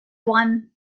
one